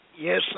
Yes